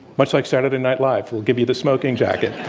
much like saturday night live. we'll give you the smoking jacket.